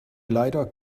leider